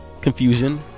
confusion